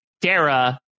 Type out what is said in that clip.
Dara